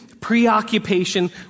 preoccupation